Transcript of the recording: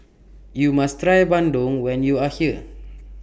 YOU must Try Bandung when YOU Are here